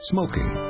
Smoking